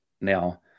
now